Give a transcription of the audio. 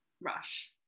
rush